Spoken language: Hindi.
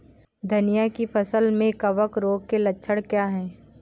धनिया की फसल में कवक रोग के लक्षण क्या है?